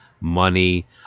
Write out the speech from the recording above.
money